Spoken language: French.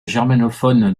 germanophone